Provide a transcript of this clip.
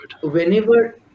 whenever